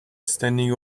standing